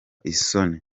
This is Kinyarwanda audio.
isoni